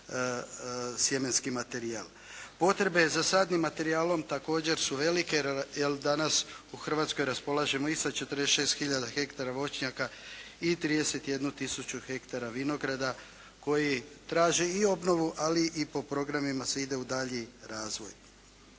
Potrebe za sadnim materijalnom također su velike, jer danas u Hrvatskoj raspolažemo i sa 46 hiljada hektara voćnjaka i 31 tisuću hektara vinograda koji traži i obnovu, ali i po programima se ide u dalji razvoj.